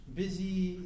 busy